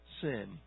sin